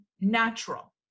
natural